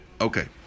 Okay